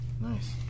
Nice